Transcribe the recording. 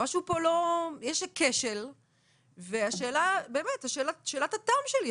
יש כשל וזאת שאלת התם שלי.